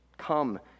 Come